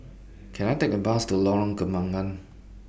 Can I Take A Bus to Lorong Kembagan